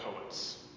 poets